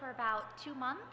for about two months